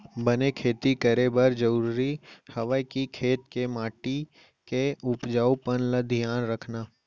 बने खेती करे बर जरूरी हवय कि खेत के माटी के उपजाऊपन ल धियान रखना